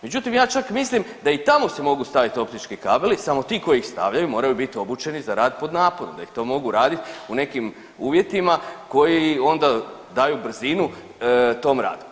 Međutim, ja čak mislim da i tamo se mogu stavljati optički kabeli samo ti koji ih stavljaju moraju biti obučeni za rad pod naponom jer to mogu raditi u nekim uvjetima koji onda daju brzinu tom radu.